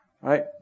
right